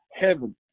heaven